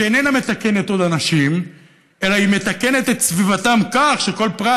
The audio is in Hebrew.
שאיננה מתקנת עוד אנשים אלא מתקנת את סביבתם כך שכל פרט